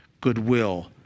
goodwill